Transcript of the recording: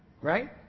Right